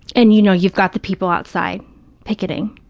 and, you know, you've got the people outside picketing,